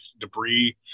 debris